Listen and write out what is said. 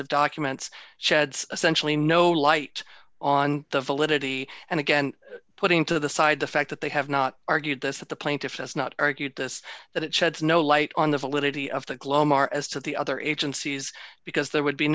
of documents sheds essentially no light on the validity and again putting to the side the fact that they have not argued this that the plaintiff has not argued this that it sheds no light on the validity of the glow mara's to the other agencies because there would be